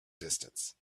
distance